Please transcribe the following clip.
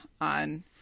on